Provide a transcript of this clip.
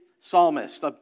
psalmist